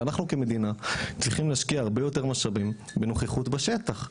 אנחנו כמדינה צריכים להשקיע הרבה יותר משאבים בנוכחות בשטח,